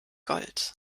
gold